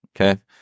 Okay